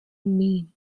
mean